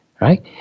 right